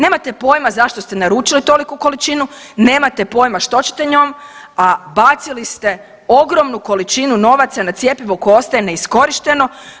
Nemate pojima zašto ste naručili toliku količinu, nemate pojima što ćete njom, a bacili ste ogromnu količinu novaca na cjepivo koje ostaje neiskorišteno.